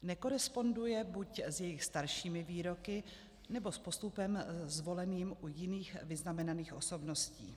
Nekoresponduje buď s jejich staršími výroky, nebo s postupem zvoleným u jiných vyznamenaných osobností.